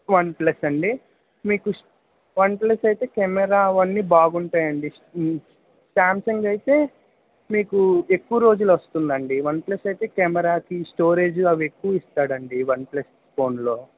OnePlus అండి మీకు స్ వన్ప్లస్ అయితే కెమెరా అవన్నీ బాగుంటాయండి శాంసంగ్ అయితే మీకు ఎక్కువ రోజులు వస్తుందండి వన్ప్లస్ అయితే కెమెరాకి స్టోరేజ్ అవి ఎక్కువ ఇస్తాడండి వన్ప్లస్ ఫోన్లో